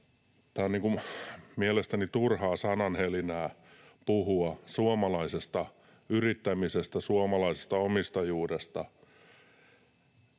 Elikkä on mielestäni turhaa sananhelinää puhua suomalaisesta yrittämisestä, suomalaisesta omistajuudesta